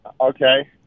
Okay